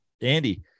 Andy